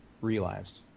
realized